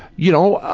you know,